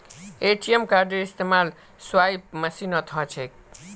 ATM कार्डेर इस्तमाल swipe मशीनत ह छेक